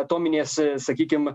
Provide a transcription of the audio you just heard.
atominės sakykim